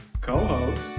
co-host